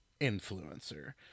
influencer